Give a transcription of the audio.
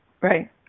Right